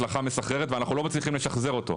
היה הצלחה מסחררת ואנחנו לא מצליחים לשחזר אותה.